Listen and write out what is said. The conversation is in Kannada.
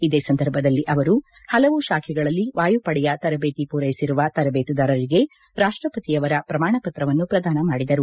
ಇದೇ ಸಂದರ್ಭದಲ್ಲಿ ಅವರು ಪಲವು ಶಾಖೆಗಳಲ್ಲಿ ವಾಯುಪಡೆಯ ತರಬೇತಿ ಪೂರೈಸಿರುವ ತರಬೇತುದಾರರಿಗೆ ರಾಷ್ಟಪತಿಯವರ ಪ್ರಮಾಣಪತ್ರವನ್ನು ಪ್ರದಾನ ಮಾಡಿದರು